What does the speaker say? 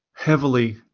heavily